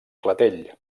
clatell